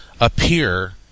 appear